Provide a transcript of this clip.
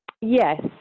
Yes